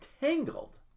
Tangled